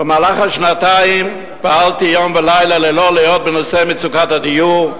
במהלך השנתיים פעלתי יום ולילה ללא לאות בנושא מצוקת הדיור.